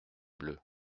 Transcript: bleu